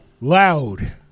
loud